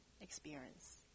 experience